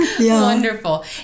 wonderful